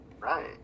right